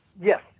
yes